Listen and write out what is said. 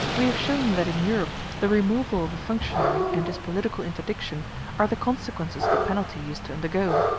we have shown that in europe the removal of a functionary and his political interdiction are the consequences of the penalty he is to undergo,